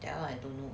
that [one] I don't know